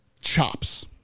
Chops